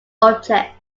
objects